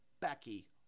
Becky